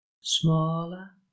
smaller